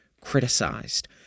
criticized